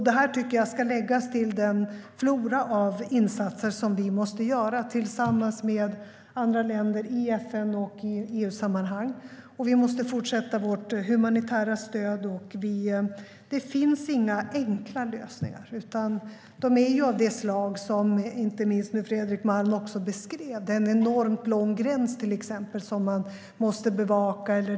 Det här tycker jag ska läggas till den flora av insatser som vi måste göra tillsammans med andra länder i FN och i EU-sammanhang. Vi måste fortsätta vårt humanitära stöd. Det finns inga enkla lösningar, utan de är av de slag som inte minst Fredrik Malm också beskrev. Det är till exempel en enormt lång gräns som man måste bevaka.